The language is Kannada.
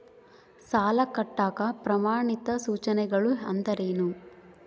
ಸಾಲ ಕಟ್ಟಾಕ ಪ್ರಮಾಣಿತ ಸೂಚನೆಗಳು ಅಂದರೇನು?